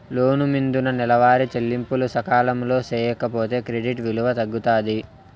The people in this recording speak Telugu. లోను మిందున్న నెలవారీ చెల్లింపులు సకాలంలో సేయకపోతే క్రెడిట్ విలువ తగ్గుతాది